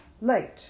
late